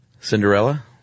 Cinderella